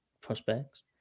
prospects